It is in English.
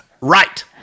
Right